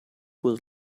was